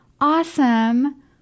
awesome